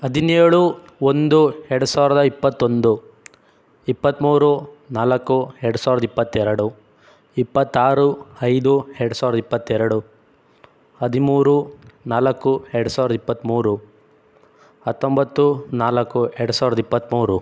ಹದಿನೇಳು ಒಂದು ಎರ್ಡು ಸಾವಿರದ ಇಪ್ಪತ್ತೊಂದು ಇಪ್ಪತ್ತ್ಮೂರು ನಾಲ್ಕು ಎರ್ಡು ಸಾವಿರದ ಇಪ್ಪತ್ತೆರಡು ಇಪ್ಪತ್ತಾರು ಐದು ಎರ್ಡು ಸಾವಿರ್ದ ಇಪ್ಪತ್ತೆರಡು ಹದಿಮೂರು ನಾಲ್ಕು ಎರ್ಡು ಸಾವಿರ್ದ ಇಪ್ಪತ್ತ್ಮೂರು ಹತ್ತೊಂಬತ್ತು ನಾಲ್ಕು ಎರ್ಡು ಸಾವಿರ್ದ ಇಪ್ಪತ್ತ್ಮೂರು